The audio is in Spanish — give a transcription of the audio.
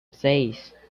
seis